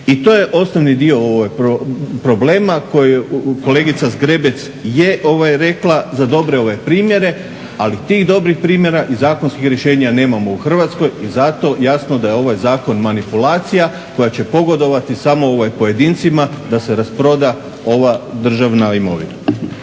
I to je osnovni dio problema koji kolegica Zgrebec je rekla za dobre primjere, ali tih dobrih primjera i zakonskih rješenja nemamo u Hrvatskoj i zato jasno da je ovaj zakon manipulacija koja će pogodovati samo pojedincima da se rasproda ova državna imovina.